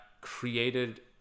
created